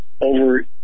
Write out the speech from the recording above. over